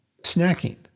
snacking